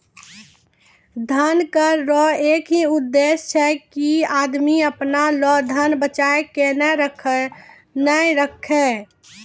धन कर रो एक ही उद्देस छै की आदमी अपना लो धन बचाय के नै राखै